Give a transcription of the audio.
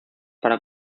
para